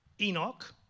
Enoch